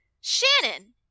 Shannon